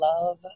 love